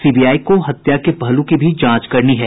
C B I को हत्या के पहलू की भी जांच करनी है